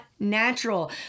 natural